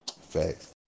Facts